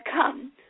come